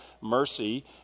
mercy